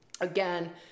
Again